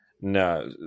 No